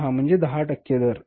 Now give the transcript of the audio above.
10 म्हणजे 10 टक्के दर